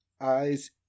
eyes